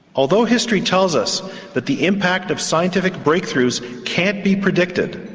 although history tells us that the impact of scientific breakthroughs can't be predicted,